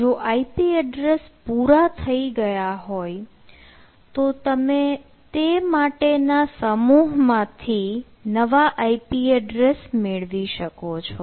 જો IP address પૂરા થઈ ગયા હોય તો તમે તે માટેના સમૂહમાંથી નવા IP એડ્રેસ મેળવી શકો છો